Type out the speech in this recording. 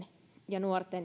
ja nuorten